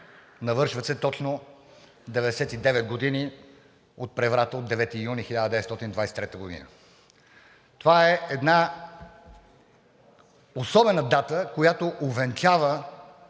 навършват се точно 99 години от преврата на 9 юни 1923 г. Това е една особена дата, която увенчава